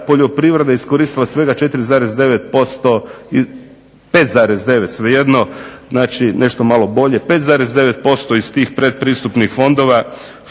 poljoprivreda iskoristila svega 4,9% i 5,9% svejedno, nešto malo bolje 5,9% iz tih pretpristupnih fondova